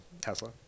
Tesla